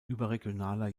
überregionaler